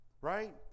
right